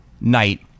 night